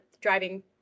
driving